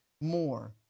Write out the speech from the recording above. more